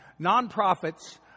nonprofits